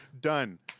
done